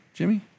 Jimmy